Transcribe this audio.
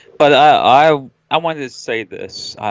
but i i wanted to say this